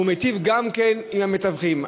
והוא מיטיב גם כן עם המתווכים.